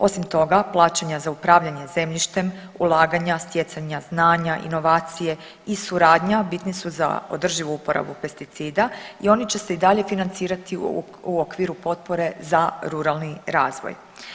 Osim toga plaćanja za upravljanje zemljištem, ulaganja, stjecanja znanja, inovacije i suradnja bitni su za održivu uporabu pesticida i oni će se i dalje financirati u okviru potpore za ruralni razvoj.